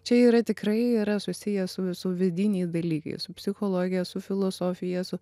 čia yra tikrai yra susiję su su vidiniais dalykais su psichologija su filosofija su